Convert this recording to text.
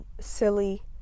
silly